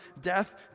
death